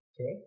okay